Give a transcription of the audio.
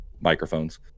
microphones